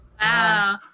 Wow